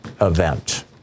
event